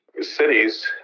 cities